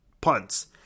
punts